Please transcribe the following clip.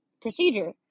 procedure